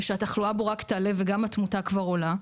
ושהתחלואה בו רק תעלה וגם התמותה כבר עולה,